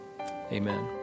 Amen